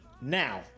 Now